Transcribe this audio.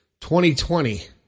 2020